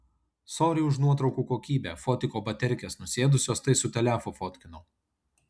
sory už nuotraukų kokybę fotiko baterkės nusėdusios tai su telefu fotkinau